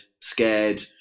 scared